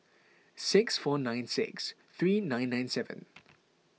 six four nine six three nine nine seven